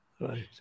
Right